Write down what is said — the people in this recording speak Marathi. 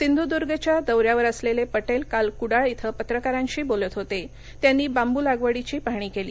सिंधुदुर्गच्या दौऱ्यावर असलेल्वििट्सीकाल कुडाळ इथं पत्रकारांशी बोलत होत उयांनी बांबू लागवडीची पाहणी कळी